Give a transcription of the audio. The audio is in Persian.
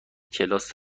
کلاس